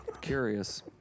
Curious